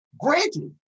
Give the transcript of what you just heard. granted